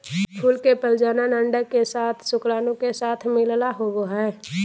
फूल के प्रजनन अंडे के साथ शुक्राणु के साथ मिलला होबो हइ